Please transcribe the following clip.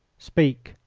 speak!